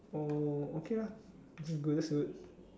oh okay lah that's good that's good